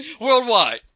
worldwide